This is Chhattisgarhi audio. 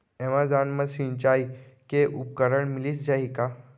एमेजॉन मा सिंचाई के उपकरण मिलिस जाही का?